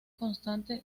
constante